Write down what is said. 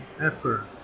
effort